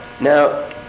now